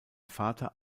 vater